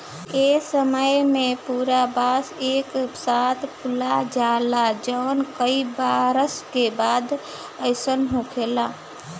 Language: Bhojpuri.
ए समय में पूरा बांस एक साथे फुला जाला जवन कई बरस के बाद अईसन होखेला